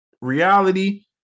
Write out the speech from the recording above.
reality